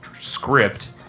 script